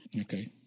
Okay